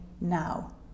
now